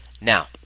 Now